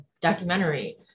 documentary